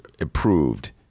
approved